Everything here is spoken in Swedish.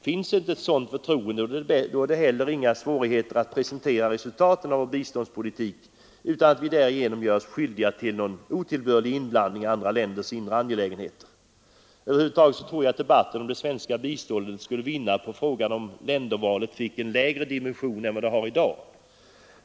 Finns ett sådant förtroende är det heller inga svårigheter att presentera resultaten av vår biståndspolitik utan att vi därigenom gör oss skyldiga till någon otillbörlig inblandning i andra länders inre angelägenheter. Över huvud taget tror jag att debatten om det svenska biståndet skulle vinna på om frågan om ländervalet fick en lägre dimension än vad den har i dag.